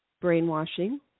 brainwashing